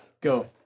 Go